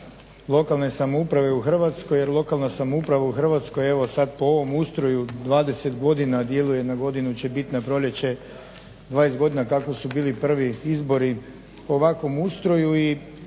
lokalna samouprava u Hrvatskoj evo sad po ovom ustroju 20 godina djeluje, na godinu će biti, na proljeće 20 godina kako su bili prvi izbori ovakvom ustroju,